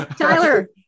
Tyler